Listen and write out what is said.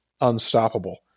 unstoppable